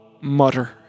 mutter